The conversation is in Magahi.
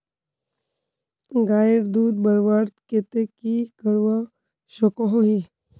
गायेर दूध बढ़वार केते की करवा सकोहो ही?